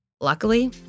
Luckily